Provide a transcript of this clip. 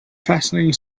fascinating